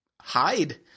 hide